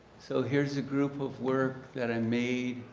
so here is a group of work that i made.